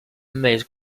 may